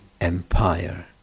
Empire